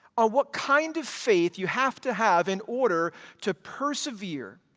on what kind of faith you have to have in order to persevere,